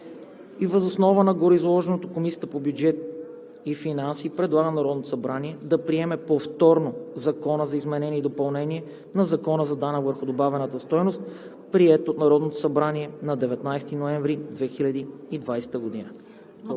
Въз основа на гореизложеното Комисията по бюджет и финанси предлага на Народното събрание да приеме повторно Закона за изменение и допълнение на Закона за данък върху добавената стойност, приет от Народното събрание на 19 ноември 2020 г.“